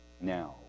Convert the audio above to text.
Now